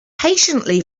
patiently